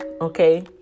Okay